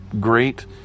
great